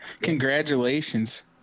congratulations